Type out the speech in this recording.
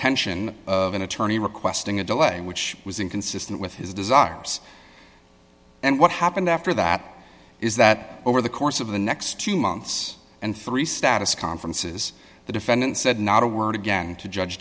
tension of an attorney requesting a delay which was inconsistent with his desires and what happened after that is that over the course of the next two months and three status conferences the defendant said not a word again to judge